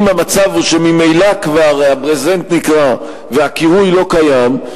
אם המצב הוא שממילא הברזנט כבר נקרע והקירוי לא קיים,